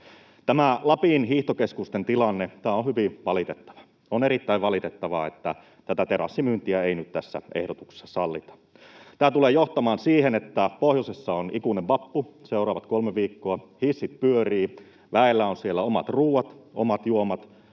Tämä Lapin hiihtokeskusten tilanne on hyvin valitettava. On erittäin valitettavaa, että tätä terassimyyntiä ei nyt tässä ehdotuksessa sallita. Tämä tulee johtamaan siihen, että pohjoisessa on ikuinen vappu seuraavat kolme viikkoa, hissit pyörivät, väellä on siellä omat ruoat, omat juomat,